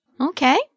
Okay